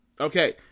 okay